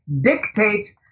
dictates